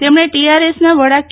તેમને ટીઆરએસના વાળા કે